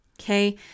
Okay